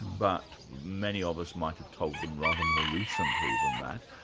but many of us might have told them rather more recently than that,